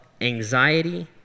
anxiety